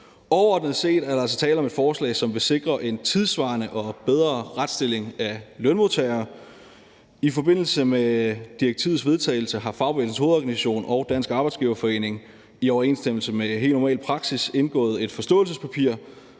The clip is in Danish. Overordnet set er der altså tale om et forslag, som vil sikre en tidssvarende og bedre retsstilling af lønmodtagere. I forbindelse med direktivets vedtagelse har Fagbevægelsens Hovedorganisation og Dansk Arbejdsgiverforening i overensstemmelse med helt normal praksis indgået et forståelsespapir.